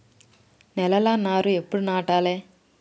నేలలా నారు ఎప్పుడు నాటాలె?